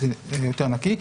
ואז זה אלגנטי וברור.